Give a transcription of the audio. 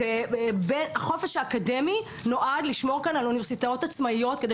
החופש האקדמי נועד לשמור על אוניברסיטאות עצמאיות כדי